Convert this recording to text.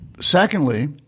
Secondly